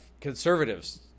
conservatives